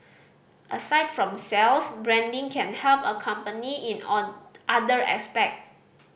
aside from sales branding can help a company in on other aspects